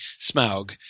Smaug